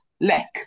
lack